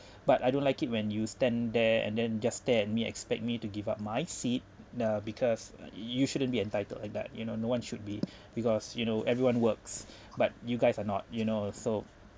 but I don't like it when you stand there and then just stare at me expect me to give up my seat the because you shouldn't be entitled in that you know no one should be because you know everyone works but you guys are not you know so